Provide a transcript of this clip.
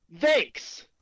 thanks